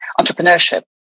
entrepreneurship